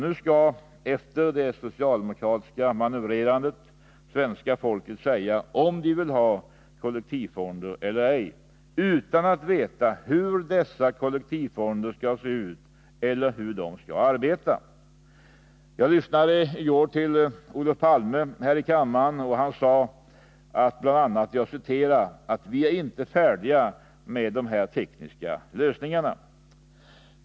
Nu skall efter det socialdemokratiska manövrerandet svenska folket säga om de vill ha kollektivfonder eller ej utan att veta hur dessa kollektivfonder skall se ut eller hur de skall arbeta. Jag lyssnade i går till Olof Palme här i kammaren. Han sade bl.a.: Vi är inte färdiga med de tekniska lösningarna.